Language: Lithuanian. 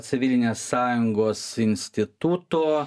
civilinės sąjungos instituto